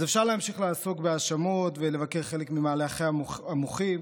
אז אפשר להמשיך לעסוק בהאשמות ולבקר חלק ממהלכי המוחים,